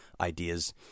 ideas